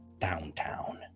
downtown